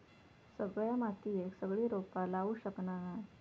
सगळ्या मातीयेत सगळी रोपा लावू शकना नाय